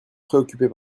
préoccupez